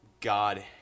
God